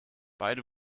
beide